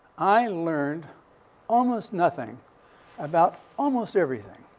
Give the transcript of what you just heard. i learned almost nothing about almost everything.